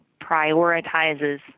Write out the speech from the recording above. prioritizes